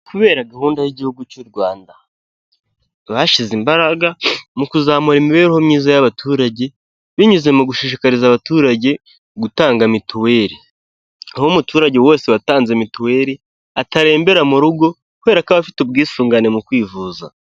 Kubera gahunda y'igihugu cy'u Rwanda, bashyize imbaraga mu kuzamura imibereho myiza y'abaturage, binyuze mu gushishikariza abaturage gutanga mituweri. Aho umuturage wese watanze mituweri, atarembera mu rugo kubera ko aba afite ubwisungane mu kwivuza.